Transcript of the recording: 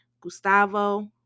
Gustavo